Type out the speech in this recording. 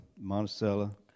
Monticello